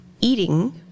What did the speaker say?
eating